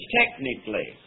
technically